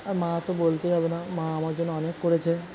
আর মা তো বলতেই হবে না মা আমার জন্য অনেক করেছে